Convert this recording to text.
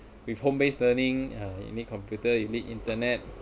with home based learning uh you need computer you need internet